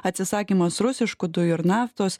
atsisakymas rusiškų dujų ir naftos